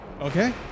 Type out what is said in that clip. Okay